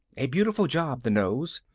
a beautiful job, the nose.